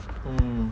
um